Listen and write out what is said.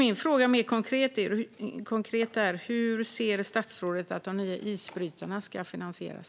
Min fråga är därför, mer konkret: Hur anser statsrådet att de nya isbrytarna ska finansieras?